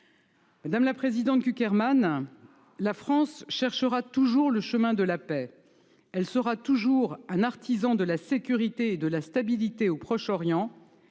Madame la présidente Cukierman, la France cherchera toujours le chemin de la paix. Elle sera toujours une artisane de la sécurité et de la stabilité au Proche Orient.